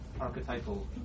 archetypal